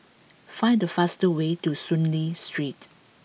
find the fastest way to Soon Lee Street